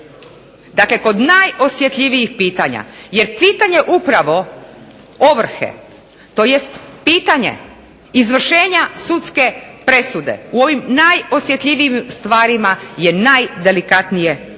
Dakle, kod najosjetljivijih pitanja je pitanje upravo ovrhe tj. pitanje izvršenja sudske presude u ovim najosjetljivijim stvarima je najdelikatnije pitanje.